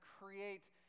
create